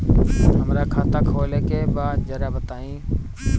हमरा खाता खोले के बा जरा बताई